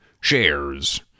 shares